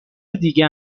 دیگه